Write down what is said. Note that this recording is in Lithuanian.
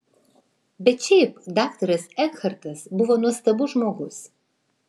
bet šiaip daktaras ekhartas buvo nuostabus žmogus